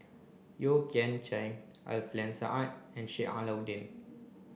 Yeo Kian Chai Alfian Sa'at and Sheik Alau'ddin